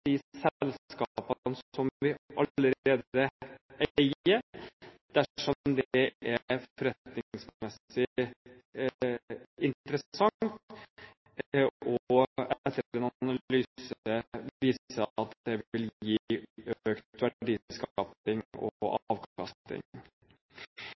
selskapene som vi allerede eier, dersom det er forretningsmessig interessant og etter en analyse viser at det vil gi økt verdiskapning og